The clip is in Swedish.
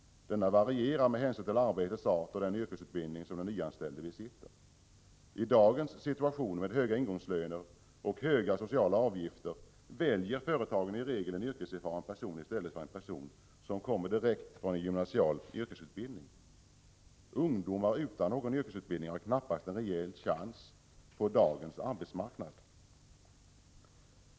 Denna varierar med hänsyn till arbetets art och den yrkesutbildning som den nyanställde besitter. I dagens situation, med höga ingångslöner och höga sociala avgifter, väljer företagen i regel en yrkeserfaren person i stället för en person som kommer direkt från en gymnasial yrkesutbildning. Ungdomar utan någon yrkesutbildning har knappast en reell chans på dagens arbetsmarknad.